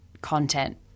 content